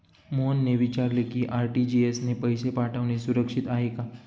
मोहनने विचारले की आर.टी.जी.एस ने पैसे पाठवणे सुरक्षित आहे का?